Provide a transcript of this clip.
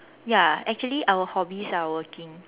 ya actually our hobbies are working